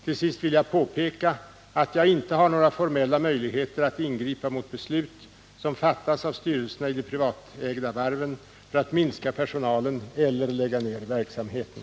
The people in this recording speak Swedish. Till sist vill jag påpeka att jag inte har några formella möjligheter att ingripa mot beslut som fattas av styrelserna i de privatägda varven för att minska personalen eller lägga ned verksamheten.